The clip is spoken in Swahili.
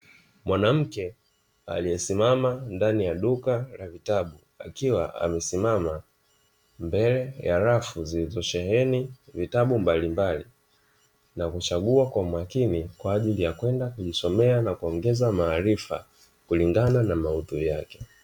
Mwanamke aliyesimama ndani ya duka la vitabu, akiwa amesimama mbele ya rafu zilizosheheni vitabu mbalimbali na kuchagua kwa makini kwa ajili ya kwenda kujisomea na kuongeza maarifa kulingana na maudhui yake.